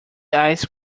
ice